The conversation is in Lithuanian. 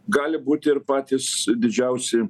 gali būti ir patys didžiausi